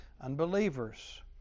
Unbelievers